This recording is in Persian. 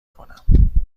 کنم